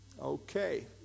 Okay